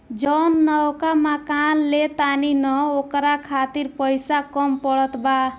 जवन नवका मकान ले तानी न ओकरा खातिर पइसा कम पड़त बा